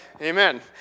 Amen